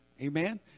Amen